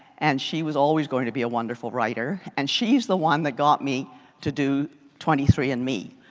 and she was always going to be a wonderful writer. and she is the one that got me to do twenty three and me.